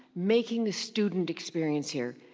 making the student experience here.